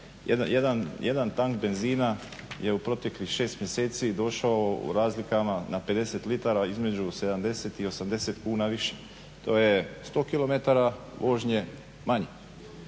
Jedan tank benzina je u proteklih 6 mjeseci došao u razlikama na 50 litara između 70 i 80 kuna više. To je 100 km vožnje manje.